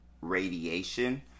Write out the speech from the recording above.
radiation